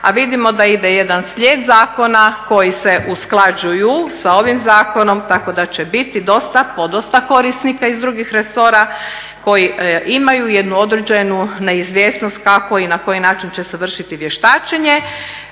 a vidimo da ide jedan slijed zakona koji se usklađuju sa ovim zakonom tako da će biti podosta korisnika iz drugih resora koji imaju jednu određenu neizvjesnost kako i na koji način će se vršiti vještačenje.